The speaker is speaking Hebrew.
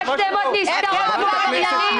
שלמה קרעי,